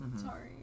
Sorry